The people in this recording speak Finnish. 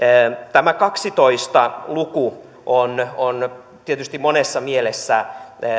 tämä kaksitoista luku on tietysti monessa mielessä